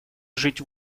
жить